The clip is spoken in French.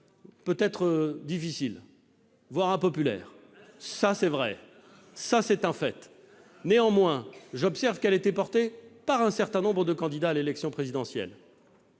peut-être difficile, voire impopulaire- c'est vrai. C'est insupportable ! C'est un fait. Néanmoins, j'observe qu'elle était portée par un certain nombre de candidats à l'élection présidentielle.